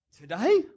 Today